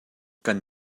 kan